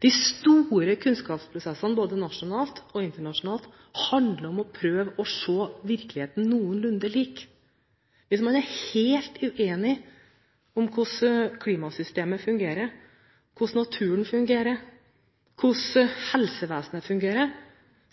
De store kunnskapsprosessene både nasjonalt og internasjonalt handler om å prøve å se virkeligheten noenlunde likt. Hvis man er helt uenig i hvordan klimasystemet fungerer, hvordan naturen fungerer, hvordan helsevesenet fungerer,